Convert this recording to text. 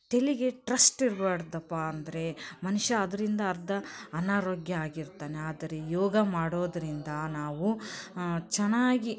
ತಲೆಗೆ ಟ್ರಸ್ಟ್ ಇರ್ಬಾರ್ದಪ್ಪ ಅಂದರೆ ಮನುಷ್ಯ ಅದರಿಂದ ಅರ್ಧ ಅನಾರೋಗ್ಯ ಆಗಿರ್ತಾನೆ ಆದರೆ ಯೋಗ ಮಾಡೋದರಿಂದ ನಾವು ಚೆನ್ನಾಗಿ